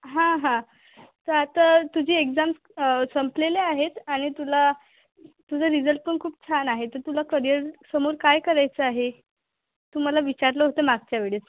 हां हां त आता तुझी एक्झाम संपलेले आहेत आणि तुला तुझा रिझल्टपण खूप छान आहे तर तुला करिअर समोर काय करायचं आहे तू मला विचारलं होतं मागच्या वेळेस